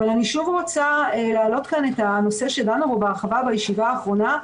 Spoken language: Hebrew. אבל אני שוב רוצה להעלות כאן את הנושא שדנו בו בהרחבה בישיבה הקודמת,